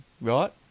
Right